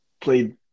played